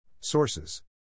Sources